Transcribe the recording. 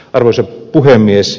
arvoisa puhemies